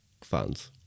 fans